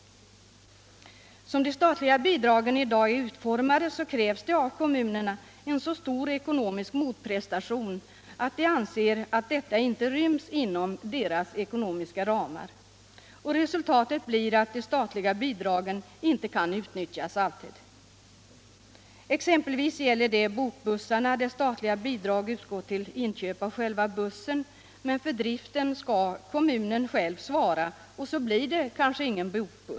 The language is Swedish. Som de statliga bidragen i dag är utformade krävs det av kommunerna en så stor ekonomisk motprestation att de anser att detta inte ryms inom deras ekonomiska ramar. Resultatet blir att de statliga bidragen inte alltid kan utnyttjas. Exempelvis gäller det bokbussarna, där statliga bidrag utgår till inköp av själva busssen, men för driften skall kommunen själv svara, och så blir det kanske ingen bokbuss.